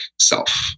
self